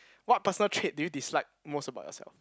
what personal trait do you dislike most about yourself